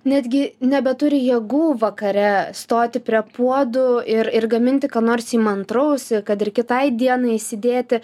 netgi nebeturi jėgų vakare stoti prie puodų ir ir gaminti ką nors įmantraus kad ir kitai dienai įsidėti